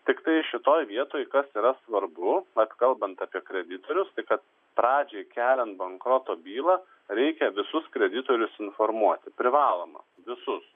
tiktai šitoj vietoj kas yra svarbu vat kalbant apie kreditorius kad pradžiai keliant bankroto bylą reikia visus kreditorius informuoti privaloma visus